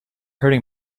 hurting